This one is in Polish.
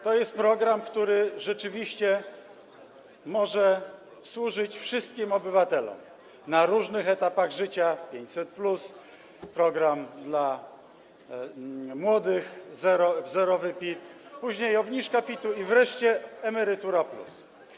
To jest program, który rzeczywiście może służyć wszystkim obywatelom na różnych etapach życia: 500+, program dla młodych, zerowy PIT, później obniżka PIT-u i wreszcie „Emerytura+”